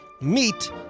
meet